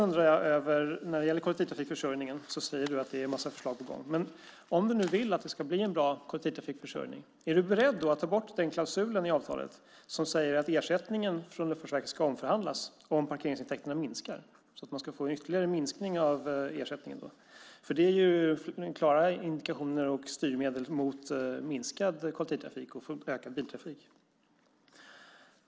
När det gäller kollektivtrafikförsörjningen säger du att det är en mängd förslag på gång. Om ni vill att det ska bli en bra kollektivtrafikförsörjning, är du då beredd att ta bort den klausul i avtalet som säger att ersättningen från Luftfartsverket ska omförhandlas om parkeringsintäkterna minskar så att man ska få en ytterligare minskning av ersättningen? Det är klara indikationer och styrmedel mot minskad kollektivtrafik och ökad biltrafik.